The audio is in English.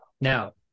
now